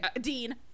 Dean